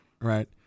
right